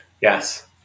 Yes